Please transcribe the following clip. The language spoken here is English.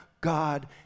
God